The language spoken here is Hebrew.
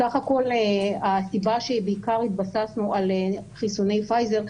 בסך הכול הסיבה שבעיקר התבססנו על חיסוני פייזר,